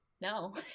no